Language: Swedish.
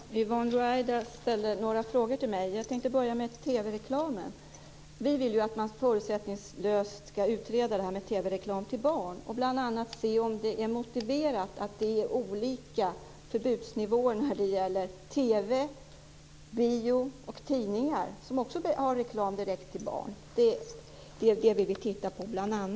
Herr talman! Yvonne Ruwaida ställde några frågor till mig, och jag tänkte börja med TV-reklamen. Vi vill att man förutsättningslöst skall utreda frågan om TV-reklam riktad till barn för att bl.a. se om det är motiverat att det är olika förbudsnivåer när det gäller TV, bio och tidningar, som har reklam direkt till barn. Det är bl.a. detta vi vill titta närmare på.